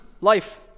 life